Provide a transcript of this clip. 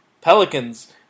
Pelicans